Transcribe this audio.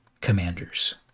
commanders